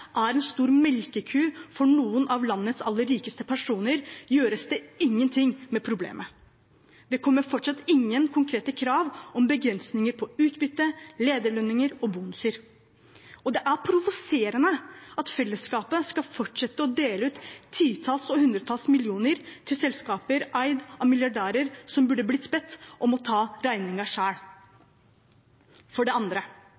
er en stor melkeku for noen av landets aller rikeste personer, gjøres det ingenting med problemet. Det kommer fortsatt ingen konkrete krav om begrensninger på utbytte, lederlønninger og bonuser, og det er provoserende at fellesskapet skal fortsette å dele ut titalls og hundretalls millioner til selskaper eid av milliardærer som burde blitt bedt om å ta regningen selv. For det andre: